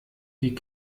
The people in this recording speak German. wie